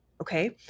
Okay